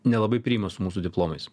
nelabai priima su mūsų diplomais